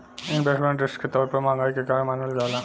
investment risk के तौर पर महंगाई के कारण मानल जाला